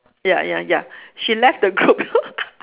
ya ya ya she left the group